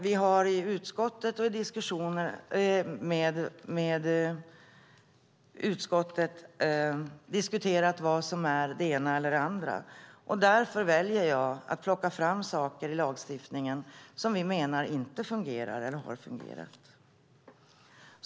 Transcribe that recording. Vi har i diskussioner med utskottet talat om vad som är det ena eller det andra. Därför väljer jag att plocka fram saker ur lagstiftningen som vi menar inte fungerar eller har fungerat.